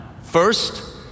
First